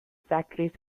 factories